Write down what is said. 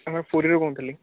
ମୁଁ ପୁରୀରୁ କହୁଥିଲି